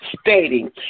stating